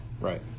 Right